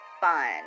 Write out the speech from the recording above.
fun